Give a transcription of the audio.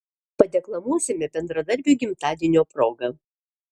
padeklamuosime bendradarbiui gimtadienio proga